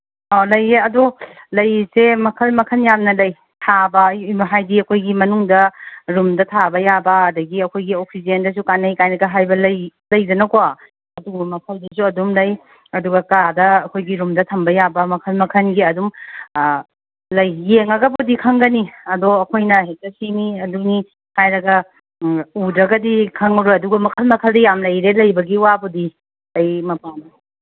ꯑ ꯂꯩꯌꯦ ꯑꯗꯨ ꯂꯩꯁꯦ ꯃꯈꯟ ꯃꯈꯟ ꯌꯥꯝꯅ ꯂꯩ ꯊꯥꯕ ꯍꯥꯏꯗꯤ ꯑꯩꯈꯣꯏꯒꯤ ꯃꯅꯨꯡꯗ ꯔꯨꯝꯗ ꯊꯥꯕ ꯌꯥꯕ ꯑꯗꯒꯤ ꯑꯩꯈꯣꯏꯒꯤ ꯑꯣꯛꯁꯤꯖꯦꯟꯗꯁꯨ ꯀꯥꯅꯩ ꯀꯥꯏꯅꯒ ꯍꯥꯏꯕ ꯂꯩ ꯂꯩꯗꯅꯀꯣ ꯑꯗꯨꯒꯨꯝꯕ ꯃꯈꯟꯁꯤꯡꯁꯨ ꯑꯗꯨꯝ ꯂꯩ ꯑꯗꯨꯒ ꯀꯥꯗ ꯑꯩꯈꯣꯏꯒꯤ ꯔꯨꯝꯗ ꯊꯝꯕ ꯌꯥꯕ ꯃꯈꯟ ꯃꯈꯟꯒꯤ ꯑꯗꯨꯝ ꯂꯩ ꯌꯦꯡꯉꯒꯗꯤ ꯈꯪꯒꯅꯤ ꯑꯗꯣ ꯑꯩꯈꯣꯏꯅ ꯍꯦꯛꯇ ꯁꯤꯅꯤ ꯑꯗꯨꯅꯤ ꯍꯥꯏꯔꯒ ꯎꯗ꯭ꯔꯒꯗꯤ ꯈꯪꯉꯔꯣꯏ ꯑꯗꯨꯒ ꯃꯈꯜ ꯃꯈꯜꯗꯤ ꯌꯥꯝ ꯂꯩꯔꯦ ꯂꯩꯕꯒꯤ ꯋꯥꯕꯨꯗꯤ ꯂꯩ